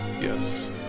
Yes